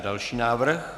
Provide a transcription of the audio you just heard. Další návrh.